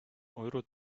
euro